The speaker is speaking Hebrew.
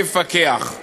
שיפקח,